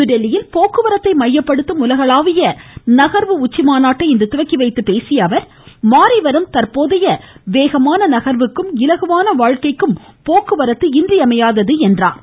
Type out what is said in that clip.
புதுதில்லியில் போக்குவரத்தை மையப்படுத்தும் உலகளாவிய நகர்வு உச்சிமாநாட்டை இன்று துவக்கிவைத்து பேசிய அவர் மாறிவரும் தற்போதைய வேகமான நகர்வுக்கும் இலகுவான வாழ்க்கைக்கும் போக்குவரத்து இன்றியமையாதது என்றார்